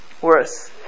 worse